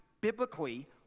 biblically